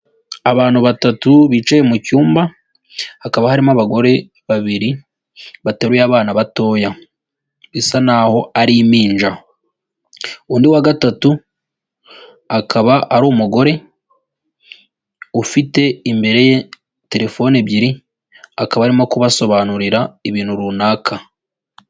Abantu batatu bicaye mu cyumba hakaba harimo abagore babiri bateruye abana batoya bisa naho ari impinja, undi wa gatatu akaba ari umugore ufite imbere ye telefoni ebyiri akaba arimo kubasobanurira ibintu runaka.